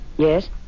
Yes